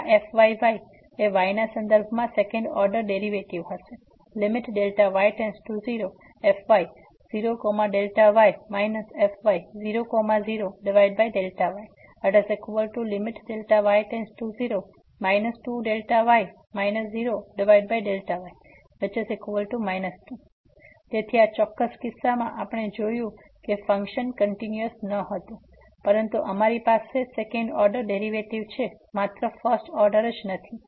તેથી y ના સંદર્ભમાં સેકન્ડ ઓર્ડર ડેરિવેટિવ હશે fy0y fy00y 2Δy 0Δy 2 તેથી આ ચોક્કસ કિસ્સામાં આપણે જોયું છે કે ફંક્શન કંટીન્યુઅસ ન હતું પરંતુ અમારી પાસે સેકન્ડ ઓર્ડર ડેરિવેટિવ છે માત્ર ફર્સ્ટ ઓર્ડર જ નથી